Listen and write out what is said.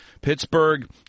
Pittsburgh